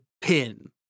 pin